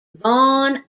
vaughan